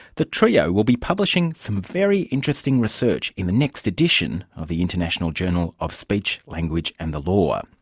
the trio will be publishing some very interesting research in the next edition of the international journal of speech, language and the law.